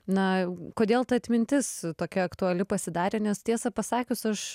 na kodėl ta atmintis tokia aktuali pasidarė nes tiesą pasakius aš